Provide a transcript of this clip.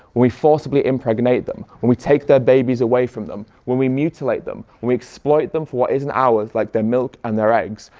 we forcibly impregnate them, when we take their babies away from them, when we mutilate them, when we exploit them for what isn't ours like their milk and their eggs,